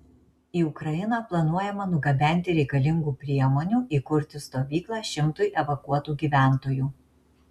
į ukrainą planuojama nugabenti reikalingų priemonių įkurti stovyklą šimtui evakuotų gyventojų